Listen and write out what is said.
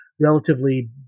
relatively